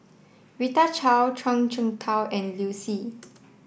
Rita Chao Zhuang Shengtao and Liu Si